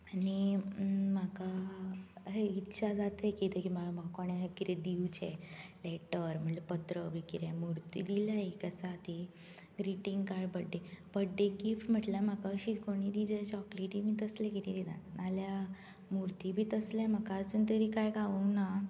आनी म्हाका अही इच्छा जाता की म्हाका कोणें कितें तरी दिवचें लेटर म्हणल्याप पत्र बी कितें मुर्ती दिल्या एक आसा ती ग्रिटींग कार्ड बर्थडेक गिफ्ट म्हणल्यार म्हाका कोणूय चॉकलेटी बी असले कितें दितात नाल्यार मुर्ती बी तसलें म्हाका अजून तरी काय गावूंक ना